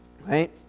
Right